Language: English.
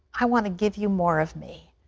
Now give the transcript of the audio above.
i want to give you more of me,